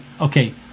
okay